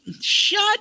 shut